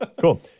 cool